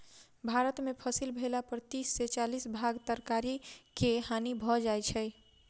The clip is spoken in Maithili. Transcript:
भारत में फसिल भेला पर तीस से चालीस भाग तरकारी के हानि भ जाइ छै